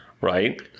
right